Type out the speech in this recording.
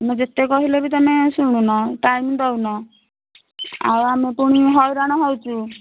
ମୁଁ ଯେତେ କହିଲେ ବି ତୁମେ ଶୁଣୁନ ଟାଇମ୍ ଦେଉନ ଆଉ ଆମେ ପୁଣି ହଇରାଣ ହେଉଛୁ